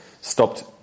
stopped